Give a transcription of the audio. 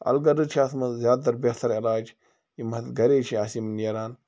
الغرض چھِ اَتھ منٛز زیادٕ تَر بہتر علاج یِم اَسہِ گَری چھِ اَسہِ یِم نٮ۪ران